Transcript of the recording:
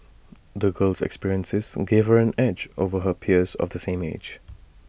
the girl's experiences gave her an edge over her peers of the same age